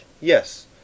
Yes